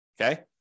Okay